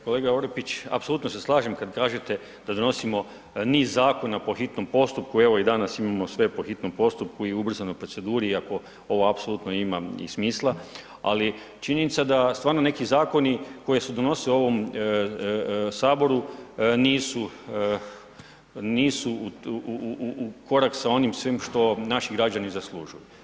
Kolega Orepić, apsolutno se slažem kad kažete da donosimo niz zakona po hitnom postupku, evo i danas imamo sve po hitnom postupku i ubrzanoj proceduri iako ovo apsolutno ima i smisla ali činjenica da stvarno neki zakoni koji se donose u ovom Saboru nisu u korak sa onim svim što naši građani zaslužuju.